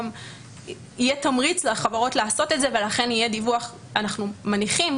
לחברות יהיה תמריץ לעשות את זה ולכן - אנחנו מניחים